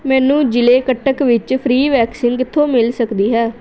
ਮੈਨੂੰ ਜ਼ਿਲ੍ਹੇ ਕਟਕ ਵਿੱਚ ਫ੍ਰੀ ਵੈਕਸੀਨ ਕਿੱਥੋਂ ਮਿਲ ਸਕਦੀ ਹੈ